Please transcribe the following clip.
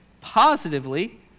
positively